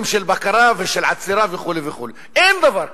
של בקרה ושל עצירה וכו'; אין דבר כזה.